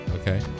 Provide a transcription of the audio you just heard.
Okay